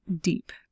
deep